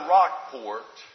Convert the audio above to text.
Rockport